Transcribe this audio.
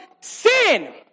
sin